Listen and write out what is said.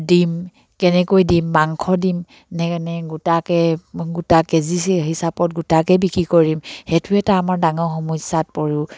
দিম কেনেকৈ দিম মাংস দিম নে নে গোটাকে গোটা কেজি হিচাপত গোটাকে বিক্ৰী কৰিম সেইটো এটা আমাৰ ডাঙৰ সমস্যাত পৰোঁ